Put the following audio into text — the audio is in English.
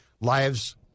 lives